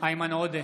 איימן עודה,